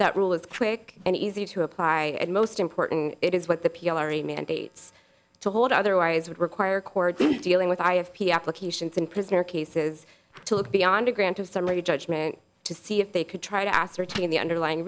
that rule is quick and easy to apply and most important it is what the p l o mandates to hold otherwise would require court dealing with i have p applications in prisoner cases to look beyond a grant of summary judgment to see if they could try to ascertain the underlying